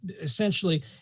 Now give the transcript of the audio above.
essentially